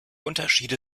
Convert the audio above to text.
unterschiede